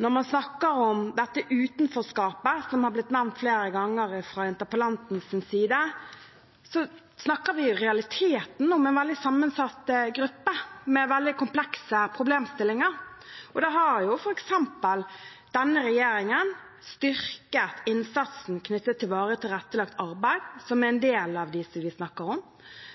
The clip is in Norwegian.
Når man snakker om dette utenforskapet, som er blitt nevnt flere ganger fra interpellantens side, snakker vi i realiteten om en veldig sammensatt gruppe med veldig komplekse problemstillinger. Der har denne regjeringen f.eks. styrket innsatsen knyttet til varig tilrettelagt arbeid, som gjelder en del av dem vi snakker om.